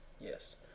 Yes